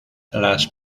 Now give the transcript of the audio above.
las